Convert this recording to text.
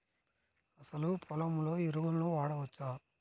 అసలు పొలంలో ఎరువులను వాడవచ్చా?